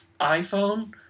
iPhone